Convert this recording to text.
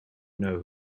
know